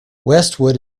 westwood